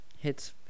hits